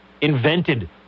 invented